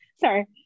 sorry